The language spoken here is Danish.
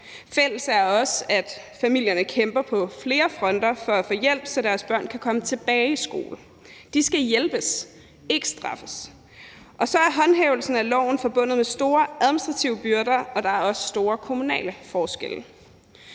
Fælles er også, at familierne kæmper på flere fronter for at få hjælp, så deres børn kan komme tilbage i skole. De skal hjælpes, ikke straffes. Så er håndhævelsen af loven forbundet med store administrative byrder, og der er også store kommunale forskelle.